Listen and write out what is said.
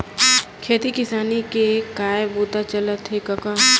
खेती किसानी के काय बूता चलत हे कका?